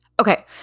Okay